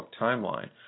timeline